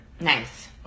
Nice